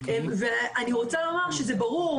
אני רוצה לומר שזה ברור.